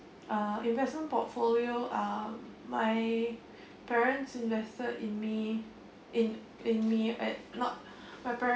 uh investment portfolio uh my parents invested in me in in me at not my parents